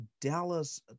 dallas